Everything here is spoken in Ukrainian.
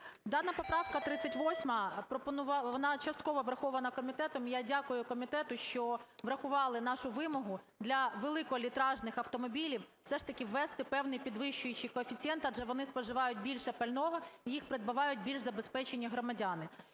Дана поправка 38 пропонувала… вона часткова врахована комітетом. Я дякую комітету, що врахували нашу вимогу для великолітражних автомобілів все ж таки ввести певний підвищуючий коефіцієнт, адже вони споживають більше пального, їх придбавають більш забезпечені громадяни.